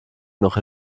noch